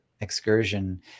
excursion